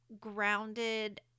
grounded